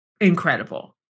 incredible